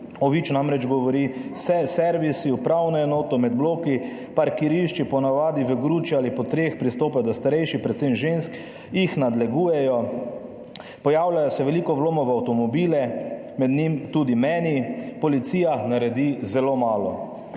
Viču namreč govori, servisi, upravno enoto med bloki, parkirišči, po navadi v gruči ali po treh pristopajo do starejših, predvsem žensk, jih nadlegujejo, pojavljajo se veliko vlomov v avtomobile, med njimi tudi meni, policija naredi zelo malo.